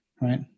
right